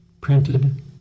printed